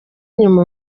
inyuma